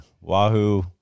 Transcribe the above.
Wahoo